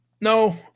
No